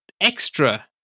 extra